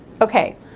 Okay